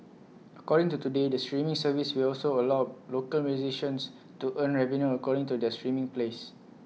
according to today the streaming service will also allow local musicians to earn revenue according to their streaming plays